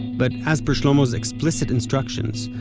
but, as per shlomo's explicit instructions,